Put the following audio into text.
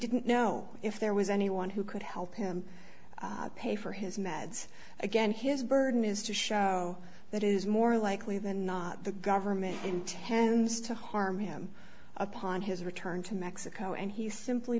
didn't know if there was anyone who could help him pay for his meds again his burden is to show that is more likely than not the government intends to harm him upon his return to mexico and he's simply